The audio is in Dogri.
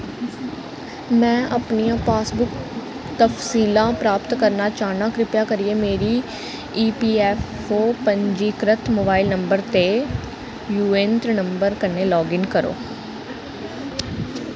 मैं अपनियां पासबुक तफसीलां प्राप्त करना चाह्न्नां कृपा करियै मेरे ईपीऐफ्फओ पंजीकृत मोबाइल नंबर ते यूएऐन्त्र नंबर कन्नै लाग इन करो